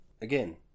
Again